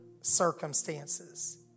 circumstances